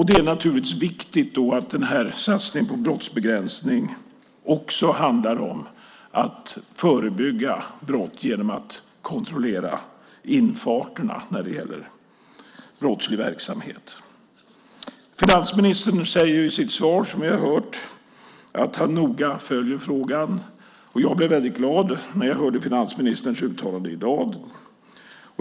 Det är naturligtvis viktigt då att den här satsningen på brottsbekämpning också handlar om att förebygga brott genom att kontrollera infarterna när det gäller brottslig verksamhet. Finansministern säger ju i sitt svar som vi har hört att han noga följer frågan. Jag blev väldigt glad när jag hörde finansministerns uttalande i dag.